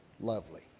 lovely